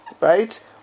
right